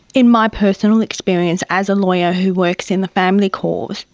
in my personal experience as a lawyer who works in the family court,